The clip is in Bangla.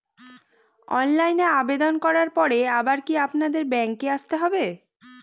অনলাইনে আবেদন করার পরে আবার কি আপনাদের ব্যাঙ্কে আসতে হবে?